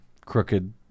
crooked